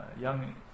young